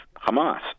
Hamas